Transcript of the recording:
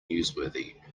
newsworthy